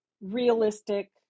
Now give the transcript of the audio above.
realistic